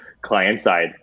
client-side